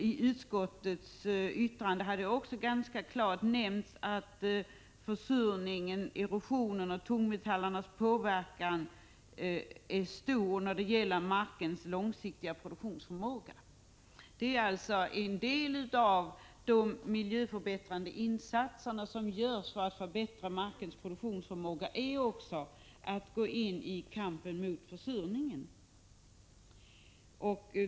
I utskottets yttrande har det också ganska klart nämnts att försurningen, erosionen och tungmetallernas påverkan är stor när det gäller markens långsiktiga produktionsförmåga. En del av de miljöförbättrande insatser som görs för att förbättra markens produktionsförmåga är alltså att gå in i kampen mot försurningen.